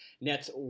Nets